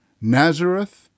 Nazareth